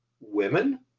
women